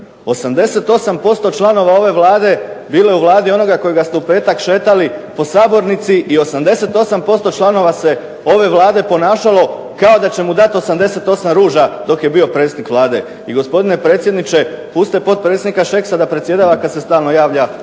88% članova ove Vlade bilo je u Vladi onoga kojega ste u petak šetali po sabornici i 88% članova se ove Vlade ponašalo kao da će mu dati 88 ruža dok je bio predsjednik Vlade. I gospodine predsjedniče, pustite potpredsjednika Šeksa da predsjedava kad se stalno javlja